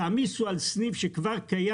תעמיסו עוד על סניף קיים".